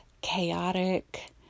chaotic